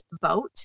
vote